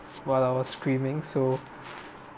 while I was screaming so